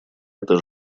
эта